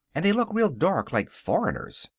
and they look real dark like foreigners.